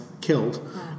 killed